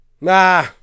Nah